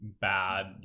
bad